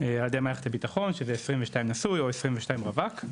על ידי מערכת הבטחון, שזה 22 נשוי או 22 רווק.